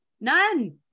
None